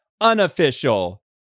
unofficial